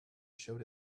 showed